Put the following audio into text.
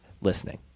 listening